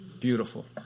beautiful